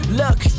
look